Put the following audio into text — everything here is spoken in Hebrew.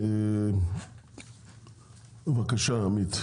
בבקשה עמית.